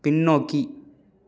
பின்னோக்கி